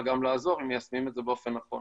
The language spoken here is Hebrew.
גם לעזור אם מיישמים את זה באופן נכון.